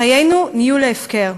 חיינו היו להפקר.